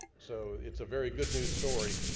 so it's a very good news story,